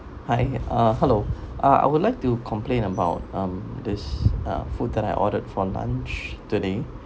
hi uh hello ah I would like to complain about um this uh food that I ordered for lunch today